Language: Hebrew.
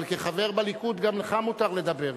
אבל כחבר בליכוד, גם לך מותר לדבר.